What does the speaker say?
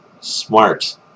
Smart